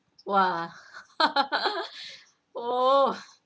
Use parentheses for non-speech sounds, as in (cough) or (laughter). !wah! (laughs) oh